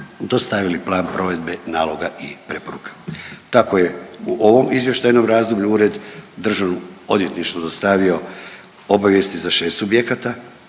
dostavili Plan provedbe naloga i preporuka. Tako je u ovom izvještajnom razdoblju Ured Državnom odvjetništvu dostavio obavijesti za 6 subjekata